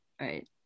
right